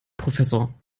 professor